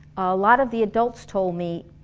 a lot of the adults told me,